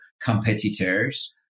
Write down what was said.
competitors